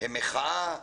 הם מחאה,